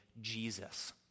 Jesus